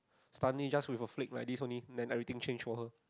suddenly just with a flip like this only then everything changed for her